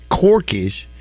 Corky's